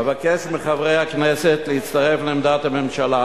אבקש מחברי הכנסת להצטרף לעמדת הממשלה